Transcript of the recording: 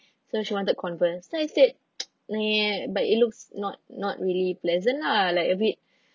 so she wanted Converse so I said eh but it looks not not really pleasant lah like a bit